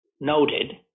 noted